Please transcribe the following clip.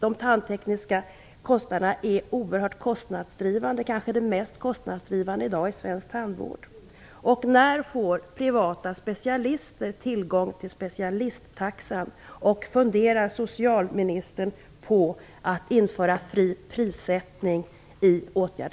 De tandtekniska kostnaderna visar sig vara oerhört kostnadsdrivande - kanske de mest kostnadsdrivande i dag i svensk tandvård.